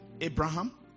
Abraham